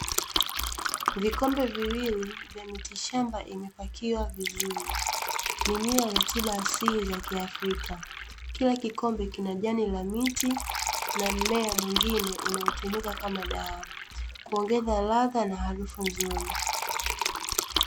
Vikombe viwili vya miti shamba imepakiwa vizuri, ni mila za tiba asili za kiafrika; kila kikombe kina jani la miti na mmea mwingine unaotumika kama dawa, kuongeza radha na harufu nzuri.